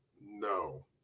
No